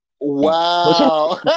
Wow